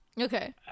Okay